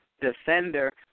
defender